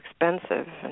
expensive